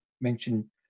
mention